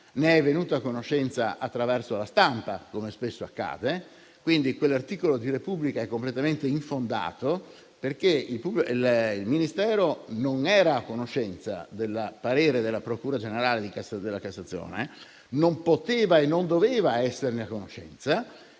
ne è venuto a conoscenza attraverso la stampa, come spesso accade. Pertanto quell'articolo del quotidiano «la Repubblica» è completamente infondato, perché il Ministero non era a conoscenza del parere della procura generale della Cassazione, e non poteva e non doveva esserne a conoscenza.